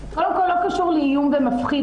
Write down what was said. קודם כל לא קשור לאיום ומפחיד,